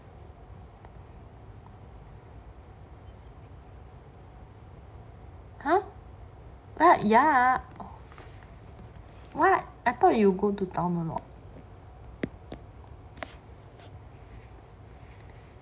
!huh! what ya what I thought you go to town [one] [what]